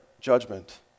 judgment